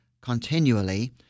continually